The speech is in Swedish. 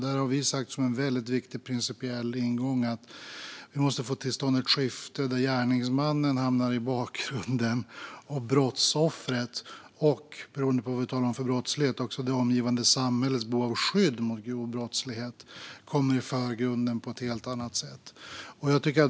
Där har vi som en väldigt viktig principiell ingång sagt att vi måste få till stånd ett skifte där gärningsmannen hamnar i bakgrunden och där brottsoffret och, beroende på vad vi talar om för brottslighet, också det omgivande samhällets behov av skydd mot grov brottslighet hamnar i förgrunden på ett helt annat sätt.